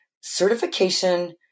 certification